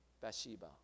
Bathsheba